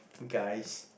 guys